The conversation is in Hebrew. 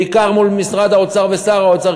בעיקר מול משרד האוצר ושר האוצר,